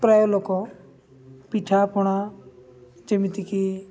ପ୍ରାୟ ଲୋକ ପିଠାପଣା ଯେମିତିକି